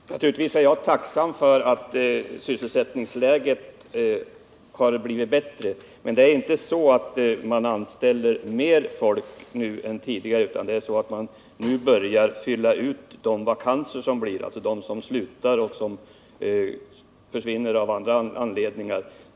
Herr talman! Naturligtvis är jag tacksam för att sysselsättningsläget har blivit bättre, men man anställer inte mer folk nu än tidigare, utan man börjar fylla ut de vakanser som blir efter dem som slutar av olika anledningar.